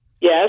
Yes